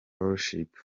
fellowship